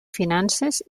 finances